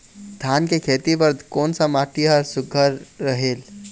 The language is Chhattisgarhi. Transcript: धान के खेती बर कोन सा माटी हर सुघ्घर रहेल?